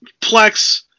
Plex